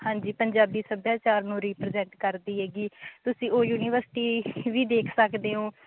ਹਾਂਜੀ ਪੰਜਾਬੀ ਸੱਭਿਆਚਾਰ ਨੂੰ ਰੀਪ੍ਰਜੈਂਟ ਕਰਦੀ ਹੈਗੀ ਤੁਸੀਂ ਉਹ ਯੂਨੀਵਰਸਿਟੀ ਵੀ ਦੇਖ ਸਕਦੇ ਹੋ